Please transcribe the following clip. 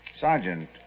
Sergeant